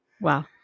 Wow